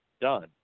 done